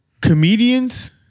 Comedians